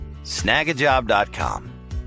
Snagajob.com